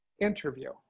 interview